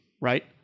right